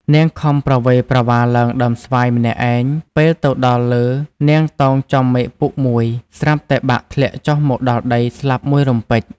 នាងខំប្រវេប្រវាឡើងដើមស្វាយម្នាក់ឯង ពេលទៅដល់លើនាងតោងចំមែកពុកមួយ ស្រាប់តែបាក់ធ្លាក់ចុះមកដល់ដី ស្លាប់មួយរំពេច។